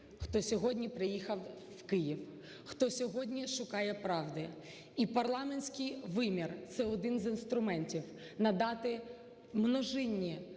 хто сьогодні приїхав в Київ, хто сьогодні шукає правди. І парламентський вимір – це один з інструментів надати множинні,